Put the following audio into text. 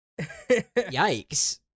Yikes